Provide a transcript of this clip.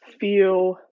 feel